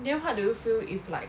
then what do you feel if like